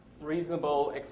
reasonable